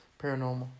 paranormal